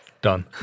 done